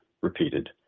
repeated